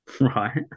Right